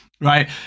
Right